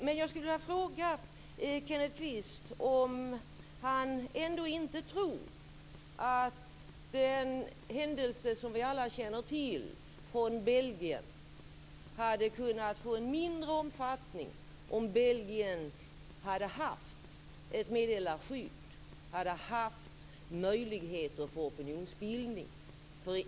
Men jag skulle vilja fråga Kenneth Kvist om han ändå inte tror att den händelse som vi alla känner till från Belgien hade kunnat få en mindre omfattning om Belgien hade haft ett meddelarskydd och hade haft möjligheter för opinionsbildning.